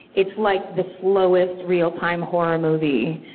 it's like the slowest real-time horror movie.